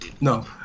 No